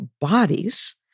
bodies